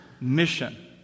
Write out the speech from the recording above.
mission